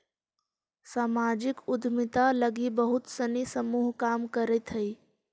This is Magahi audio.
सामाजिक उद्यमिता लगी बहुत सानी समूह काम करित हई